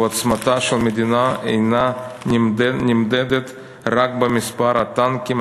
ועוצמתה של מדינה אינה נמדדת רק במספר הטנקים,